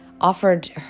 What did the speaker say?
offered